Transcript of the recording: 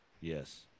yes